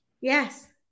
Yes